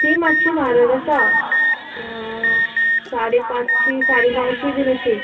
ती मात्शी म्हारग आसा साडे पांचशी साडे णवशी बीन अशी